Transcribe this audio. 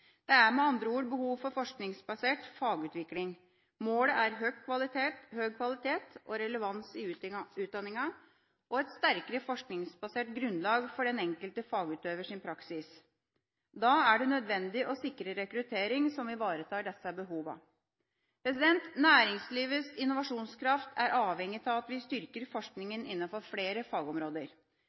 Det er med andre ord behov for en forskningsbasert fagutvikling. Målet er høy kvalitet og relevans i utdanninga og et sterkere forskningsbasert grunnlag for den enkelte fagutøvers praksis. Da er det nødvendig å sikre rekruttering som ivaretar disse behovene. Næringslivets innovasjonskraft er avhengig av at vi styrker forskninga innenfor flere fagområder.